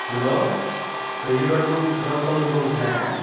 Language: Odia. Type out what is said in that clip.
ହ୍ୟାଲୋ ସ୍ଵିଗି ଡଟକମ୍ ଡଟକମରୁ କହୁଥିଲେ ଆଜ୍ଞା